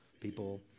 people